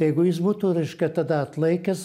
jeigu jis būtų reiškia tada atlaikęs